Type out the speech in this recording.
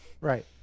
right